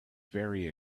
very